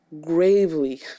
gravely